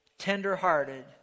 tenderhearted